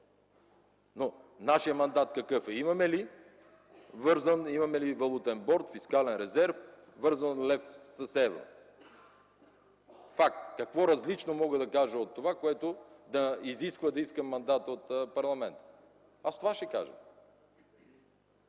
Нашият мандат какъв е? Имаме ли валутен борд, фискален резерв, вързан лев с евро? Факт – какво различно мога да кажа от това, което да изисква да искам мандат от парламента? Аз това ще кажа!